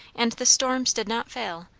and the storms did not fail,